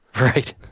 Right